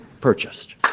purchased